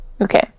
Okay